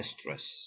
stress